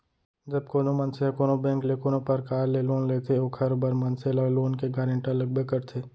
जब कोनो मनसे ह कोनो बेंक ले कोनो परकार ले लोन लेथे ओखर बर मनसे ल लोन के गारेंटर लगबे करथे